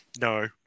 No